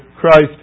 Christ